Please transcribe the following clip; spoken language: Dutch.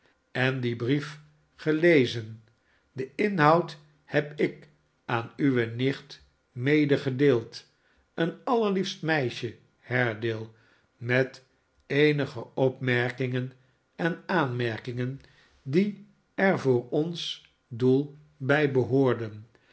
en dien brief gelezen den inhoud heb ik aan uwe nicht medegedeeld een allerliefst meisje haredale met eenige opmerkingen en aanmerkingen die er voor ons doel bij behoorden